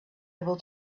able